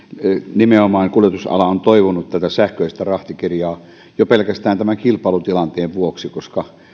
nimenomaan kuljetusala on toivonut tätä sähköistä rahtikirjaa jo pelkästään tämän kilpailutilanteen vuoksi koska